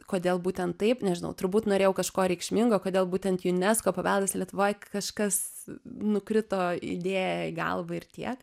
kodėl būtent taip nežinau turbūt norėjau kažko reikšmingo kodėl būtent junesko paveldas lietuvoj kažkas nukrito idėja į galvą ir tiek